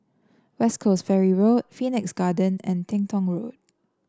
West Coast Ferry Road Phoenix Garden and Teng Tong Road